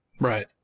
right